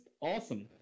awesome